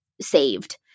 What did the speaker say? saved